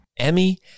Emmy